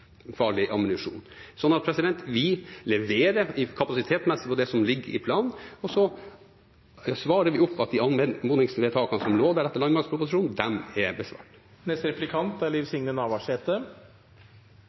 farlig ammunisjon. Så vi leverer kapasitetsmessig på det som ligger i planen, og de anmodningsvedtakene som lå der etter landmaktproposisjonen, er besvart. Det er